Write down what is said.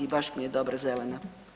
Baš mi je dobra zelena.